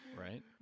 right